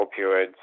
opioids